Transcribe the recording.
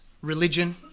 religion